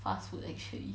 fast food actually